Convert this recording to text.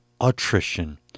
Attrition